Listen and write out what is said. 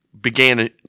began